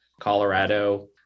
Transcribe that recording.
colorado